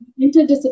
interdisciplinary